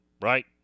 right